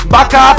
Baka